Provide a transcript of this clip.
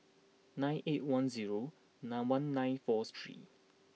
nine eight one zero nine one nine four three